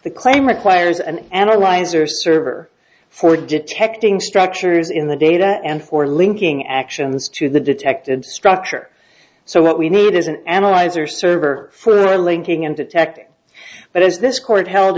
the claim requires an analyzer server for detecting structures in the data and for linking actions to the detected structure so what we need is an analyzer server for linking and detecting but as this court held